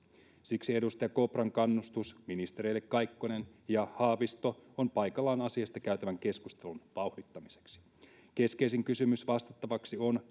siksi edustaja kopran kannustus ministereille kaikkonen ja haavisto on paikallaan asiasta käytävän keskustelun vauhdittamiseksi keskeisin kysymys vastattavaksi on